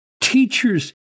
Teachers